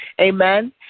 amen